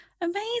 Amazing